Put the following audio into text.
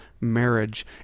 marriage